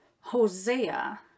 Hosea